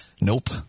nope